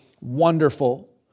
wonderful